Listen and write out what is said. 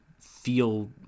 feel